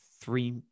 three